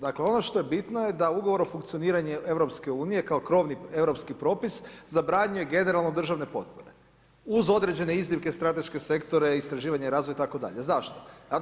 Dakle, ono što je bitno da Ugovor o funkcioniranju Europske unije kao krovni europski propis zabranjuje generalno državne potpore, uz određene iznimke, strateške sektore, istraživanje i razvoj, itd., zašto?